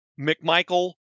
mcmichael